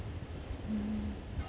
mmhmm